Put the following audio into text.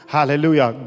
Hallelujah